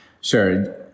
Sure